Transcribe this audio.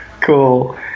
Cool